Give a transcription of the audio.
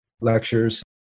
lectures